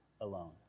alone